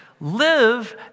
live